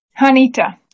Hanita